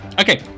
Okay